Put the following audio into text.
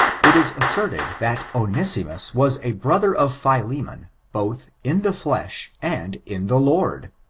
it is asserted that onesimus was a brother of philemon, both in the flesh and in the lord.